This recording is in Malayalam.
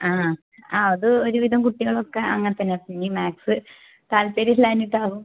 ആ അത് ഒരുവിധം കുട്ടികളൊക്കെ അങ്ങനെ തന്നാ ഇനി മാത്സ് താല്പര്യം ഇല്ലാഞ്ഞിട്ടാവും